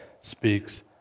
speaks